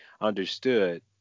understood